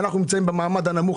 ואנחנו נמצאים במעמד הנמוך.